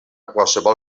qualsevol